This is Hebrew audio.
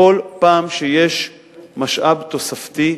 בקדנציה הזאת, כל פעם שיש משאב תוספתי,